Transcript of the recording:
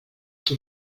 qui